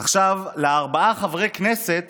עכשיו, לארבעה חברי כנסת